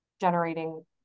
generating